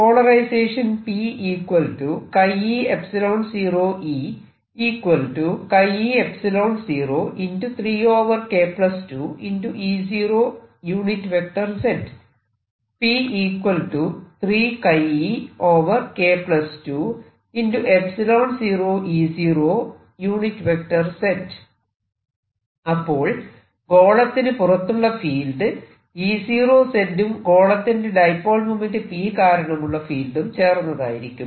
polarisation അപ്പോൾ ഗോളത്തിനു പുറത്തുള്ള ഫീൽഡ് E0 z ഉം ഗോളത്തിന്റെ ഡൈപോൾ മോമെന്റ്റ് p കാരണമുള്ള ഫീൽഡും ചേർന്നതായിരിക്കും